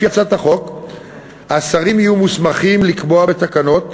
לפי הצעת החוק, השרים יהיו מוסמכים לקבוע בתקנות,